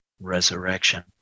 resurrection